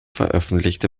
veröffentlichte